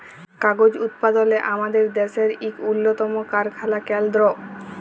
কাগজ উৎপাদলে আমাদের দ্যাশের ইক উল্লতম কারখালা কেলদ্র